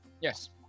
Yes